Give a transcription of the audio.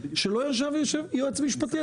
שלא ישב יועץ משפטי.